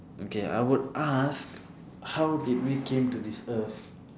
okay I would ask how did we came to this earth